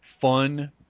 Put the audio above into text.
fun